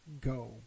go